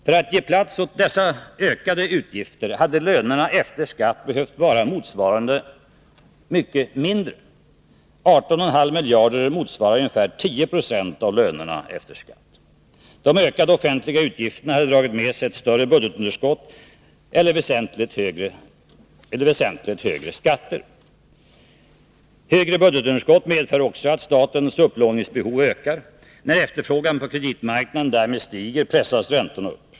För att ge plats åt dessa ökade utgifter hade lönerna efter skatt behövt vara i motsvarande grad mindre. 18,5 miljarder motsvarar ungefär 10 26 av lönerna efter skatt. De ökade offentliga utgifterna hade dragit med sig ett större budgetunderskott eller väsentligt högre skatter. Högre budgetunderskott medför också att statens upplåningsbehov ökar. När efterfrågan på kreditmarknaden därmed stiger pressas räntorna upp.